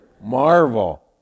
marvel